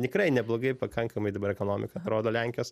tikrai neblogai pakankamai dabar ekonomika atrodo lenkijos